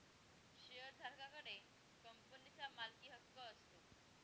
शेअरधारका कडे कंपनीचा मालकीहक्क असतो